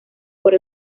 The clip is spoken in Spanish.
por